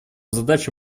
задача